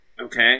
okay